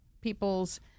people's